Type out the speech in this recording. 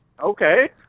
Okay